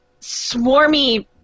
Swarmy